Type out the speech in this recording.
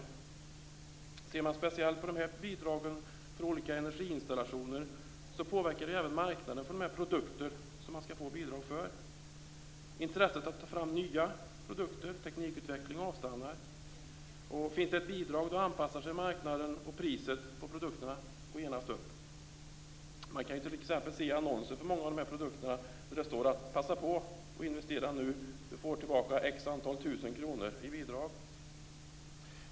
Om man ser speciellt på dessa bidrag för olika energiinstallationer finner man att de även påverkar marknaden för de produkter som det skall ges bidrag för. Intresset för att ta fram nya produkter och för teknikutveckling avstannar. Om det finns ett bidrag anpassar sig marknaden, och priset på produkterna går genast upp. Det går t.ex. att se annonser för många av de här produkterna där det står att man skall passa på och investera nu eftersom man får tillbaka x antal tusen kronor i bidrag.